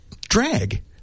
Drag